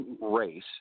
race